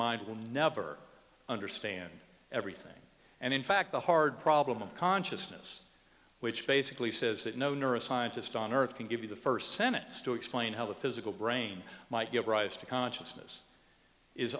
d will never understand everything and in fact the hard problem of consciousness which basically says that no neuroscientist on earth can give you the first senates to explain how the physical brain might give rise to consciousness is